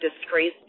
disgrace